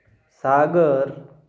सागर